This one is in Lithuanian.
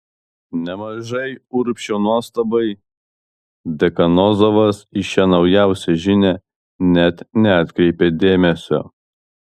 nemažai urbšio nuostabai dekanozovas į šią naujausią žinią net neatkreipė dėmesio